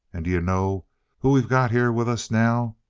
and d'you know who we've got here with us now?